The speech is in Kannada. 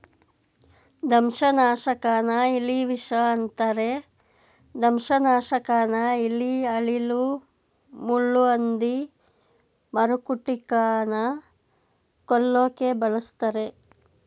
ದಂಶನಾಶಕನ ಇಲಿವಿಷ ಅಂತರೆ ದಂಶನಾಶಕನ ಇಲಿ ಅಳಿಲು ಮುಳ್ಳುಹಂದಿ ಮರಕುಟಿಕನ ಕೊಲ್ಲೋಕೆ ಬಳುಸ್ತರೆ